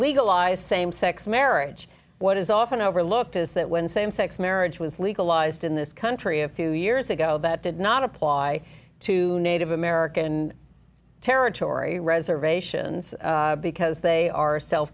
legalize same sex marriage what is often overlooked is that when same sex marriage was legalized in this country a few years ago that did not apply to native american territory reservations because they